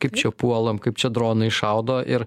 kaip čia puolam kaip čia dronai šaudo ir